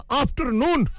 afternoon